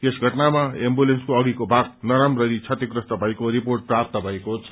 यस घटनामा एम्बुलेन्सको अघिको भाग नराम्ररी क्षतिग्रस्त भएको रिपोर्ट प्राप्त भएको छ